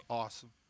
awesome